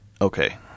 okay